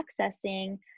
accessing